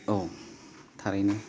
औ थारैनो